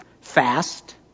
Fast